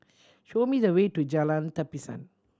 show me the way to Jalan Tapisan